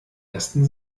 ersten